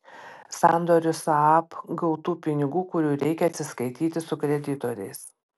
sandoriu saab gautų pinigų kurių reikia atsiskaityti su kreditoriais